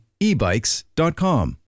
ebikes.com